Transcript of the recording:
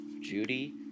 Judy